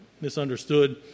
misunderstood